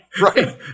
Right